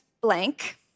blank